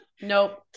Nope